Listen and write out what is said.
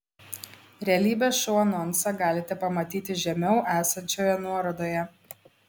realybės šou anonsą galite pamatyti žemiau esančioje nuorodoje